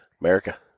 America